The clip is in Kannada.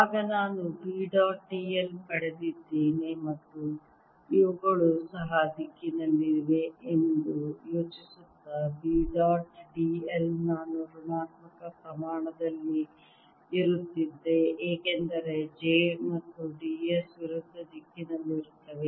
ಆಗ ನಾನು B ಡಾಟ್ d l ಪಡೆದಿದ್ದೇನೆ ಮತ್ತು ಇವುಗಳು ಸಹ ದಿಕ್ಕಿನಲ್ಲಿವೆ ಎಂದು ಯೋಚಿಸುತ್ತಾ B ಡಾಟ್ d l ನಾನು ಋಣಾತ್ಮಕ ಪ್ರಮಾಣದಲ್ಲಿ ಇರುತ್ತಿದ್ದೆ ಏಕೆಂದರೆ j ಮತ್ತು d s ವಿರುದ್ಧ ದಿಕ್ಕಿನಲ್ಲಿರುತ್ತವೆ